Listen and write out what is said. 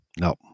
No